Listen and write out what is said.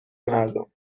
مردم